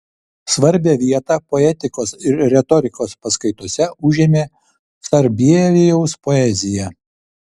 svarbią vietą poetikos ir retorikos paskaitose užėmė sarbievijaus poezija